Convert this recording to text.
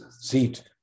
seat